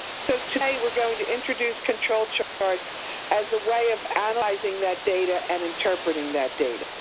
so today we're going to introduce control charts as a way of analyzing that data and interpreting that data.